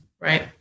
Right